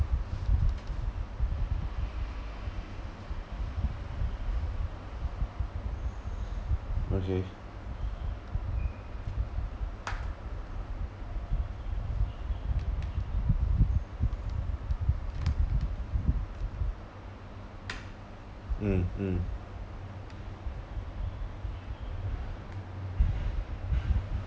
okay mm mm